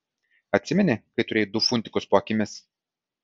atsimeni kai turėjai du funtikus po akimis